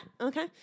Okay